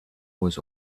was